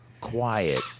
quiet